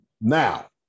Now